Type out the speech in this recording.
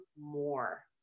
more